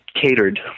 catered